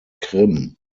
krim